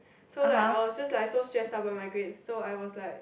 so like I was just like so stressed about my grade so I was like